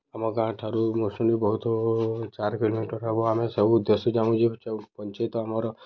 ଆମ ଗାଁଠାରୁ ବାଉଁଶୁଣି ବହୁତ ଚାର କିଲୋମିଟର୍ ହେବ ଆମେ ସବୁ ଉଦ୍ଦେଶ୍ୟ ଯାଉଁ ଯେ ପଞ୍ଚାୟତ ଆମର